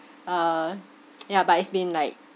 uh ya but it's been like